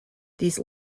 these